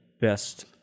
best